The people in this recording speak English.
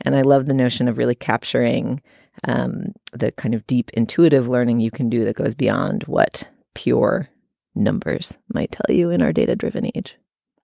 and i love the notion of really capturing um that kind of deep, intuitive learning you can do that goes beyond what pure numbers might tell you in our data driven age